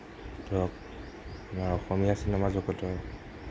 ধৰক আমাৰ অসমীয়া চিনেমা জগতৰ